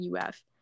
UF